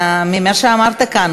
ממה שאמרת כאן,